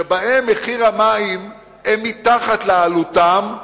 שבה מחיר המים מתחת לעלותם,